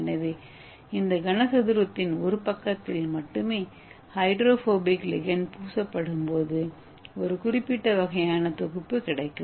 எனவே இந்த கனசதுரத்தின் ஒரு பக்கத்தில் மட்டுமே ஹைட்ரோபோபிக் லிகண்ட் பூசப்படும்போது ஒரு குறிப்பிட்ட வகையான தொகுப்பு கிடைக்கும்